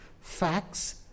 facts